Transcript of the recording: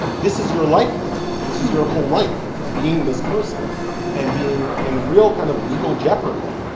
this is your life now. this is your whole life being this person and being in real kind of legal jeopardy.